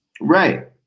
Right